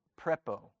prepo